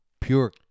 Pure